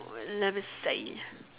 let me see